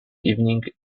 evening